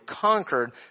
conquered